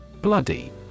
Bloody